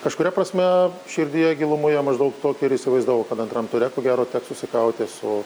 kažkuria prasme širdyje gilumoje maždaug tokią ir įsivaizdavau kad antram ture ko gero teks susikauti su